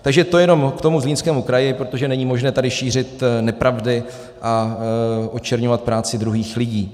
Takže to jenom ke Zlínskému kraji, protože není možné tady šířit nepravdy a očerňovat práci druhých lidí.